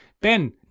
Ben